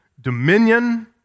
dominion